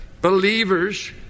believers